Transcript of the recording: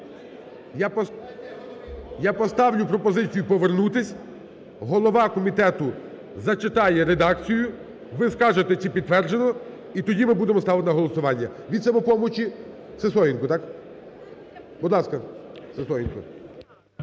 Я поставлю пропозицію повернутись. Голова комітету зачитає редакцію. Ви скажете, чи підтверджено. І тоді ми будемо ставити на голосування. Від "Самопомочі" Сисоєнко, так? Будь ласка, Сисоєнко.